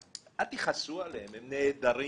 לכעוס עליהם כי הם נהדרים.